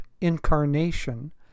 incarnation